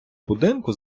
будинку